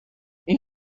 این